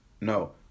No